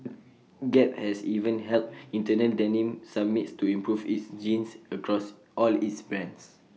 gap has even held internal denim summits to improve its jeans across all its brands